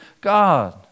God